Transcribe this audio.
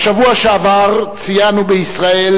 בשבוע שעבר ציינו בישראל,